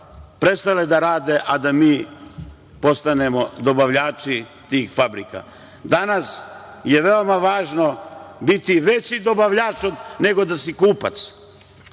prestale da rade, a da mi postanemo dobavljači tih fabrika. Danas je veoma važno biti veći dobavljač nego da si kupac.